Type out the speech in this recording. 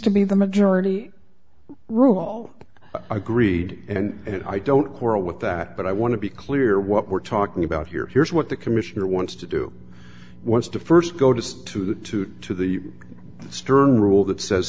to be the majority rule all agreed and i don't quarrel with that but i want to be clear what we're talking about here here's what the commissioner wants to do wants to st go to to the to the stern rule that says